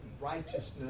righteousness